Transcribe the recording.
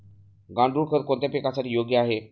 गांडूळ खत कोणत्या पिकासाठी योग्य आहे?